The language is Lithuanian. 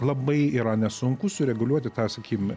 labai yra nesunku sureguliuoti tą sakykim